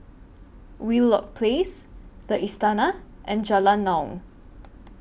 Wheelock Place The Istana and Jalan Naung